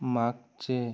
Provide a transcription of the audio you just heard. मागचे